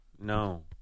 No